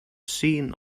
seen